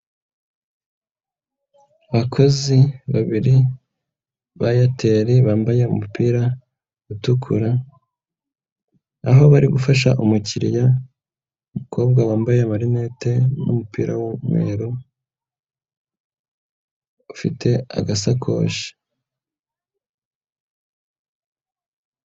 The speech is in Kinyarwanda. Abakozi babiri ba Airtel bambaye umupira utukura, aho bari gufasha umukiriya, umukobwa wambaye manette n'umupira w'umweru, ufite agasakoshi.